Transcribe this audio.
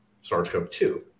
SARS-CoV-2